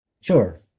Sure